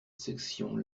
section